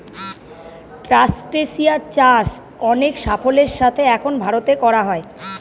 ট্রাস্টেসিয়া চাষ অনেক সাফল্যের সাথে এখন ভারতে করা হয়